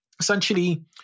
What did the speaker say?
essentially